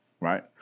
right